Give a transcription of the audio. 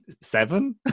seven